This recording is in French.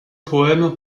poèmes